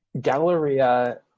Galleria